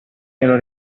ero